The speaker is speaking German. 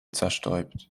zerstäubt